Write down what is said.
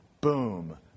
boom